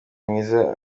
mwiza